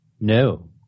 No